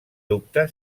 dubte